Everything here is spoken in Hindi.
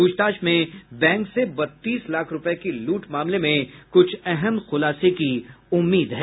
प्रछताछ में बैंक से बत्तीस लाख रूपये की लूट मामले में कुछ अहम खुलासे की उम्मीद है